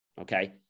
okay